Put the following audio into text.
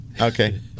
Okay